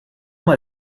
mal